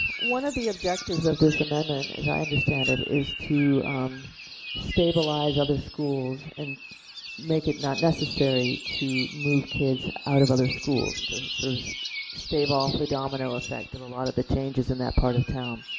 one of the objectives of this amendment as i understand it is to stabilize other schools and make it not necessary to move kids out of other school to sort of just stave off the domino effect of a lot of the changes in that part of town.